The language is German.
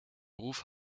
beruf